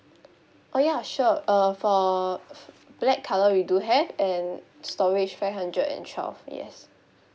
oh ya sure uh for black colour we do have and storage five hundred and twelve yes